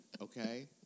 Okay